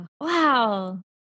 Wow